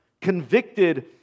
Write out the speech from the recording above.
convicted